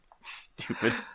Stupid